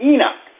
Enoch